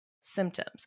symptoms